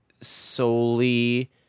solely